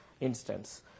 instance